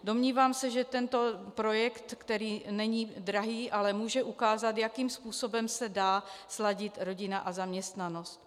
Domnívám se, že tento projekt není drahý, ale může ukázat, jakým způsobem se dá sladit rodina a zaměstnanost.